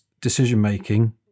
decision-making